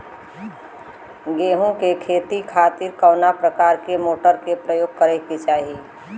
गेहूँ के खेती के खातिर कवना प्रकार के मोटर के प्रयोग करे के चाही?